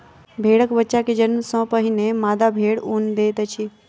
भेड़क बच्चा के जन्म सॅ पहिने मादा भेड़ ऊन दैत अछि